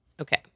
Okay